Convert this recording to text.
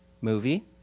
movie